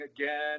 again